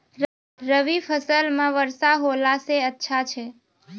रवी फसल म वर्षा होला से अच्छा छै?